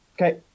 okay